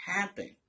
happen